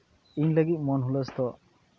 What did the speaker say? ᱤᱧ ᱞᱟᱹᱜᱤᱫ ᱢᱚᱱ ᱦᱩᱞᱟᱹᱥᱫᱚ